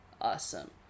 awesome